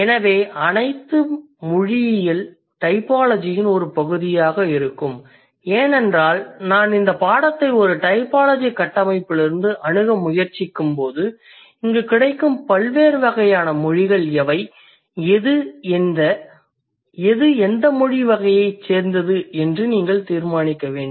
அவை அனைத்தும் மொழியியல் டைபாலஜியின் ஒரு பகுதியாக இருக்கும் ஏனென்றால் நான் இந்த பாடத்தை ஒரு டைபாலஜி கட்டமைப்பிலிருந்து அணுக முயற்சிக்கும்போது இங்கு கிடைக்கும் பல்வேறு வகையான மொழிகள் எவை எது எந்த மொழி வகையைச் சேர்ந்தது என்று நீங்கள் தீர்மானிக்க வேண்டும்